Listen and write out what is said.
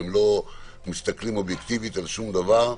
לא מסתכלים אובייקטיבית על שום דבר.